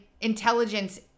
intelligence